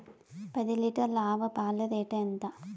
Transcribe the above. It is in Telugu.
పది లీటర్ల ఆవు పాల రేటు ఎంత?